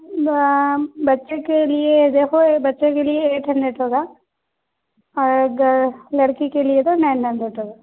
میم بچے کے لیے دیکھو بچے کے لیے ایٹ ہنڈریٹ ہوگا اور اگر لڑکی کے لیے تو نائن ہنڈریڈ ہوگا